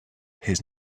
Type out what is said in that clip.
his